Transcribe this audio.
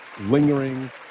lingering